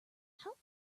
how